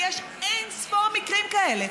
יש אין-ספור מקרים כאלה,